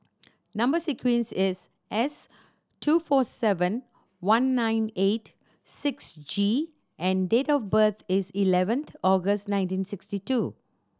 number sequence is S two four seven one nine eight six G and date of birth is eleventh August nineteen sixty two